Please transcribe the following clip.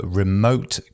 remote